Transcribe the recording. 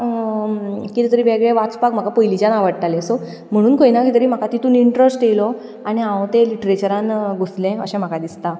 कितें तरी वेगळें वाचपाक म्हाका पयलींच्यान आवडटालें सो म्हणून खंय ना खंय तरी म्हाका तितून इंट्रस्ट येयलो आनी हांव ते लिट्रेचरान घुसलें अशें म्हाका दिसता